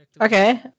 okay